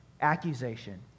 accusation